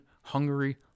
Hungary